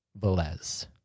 Velez